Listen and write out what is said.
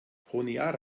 honiara